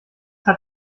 hat